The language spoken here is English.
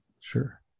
Sure